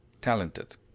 talented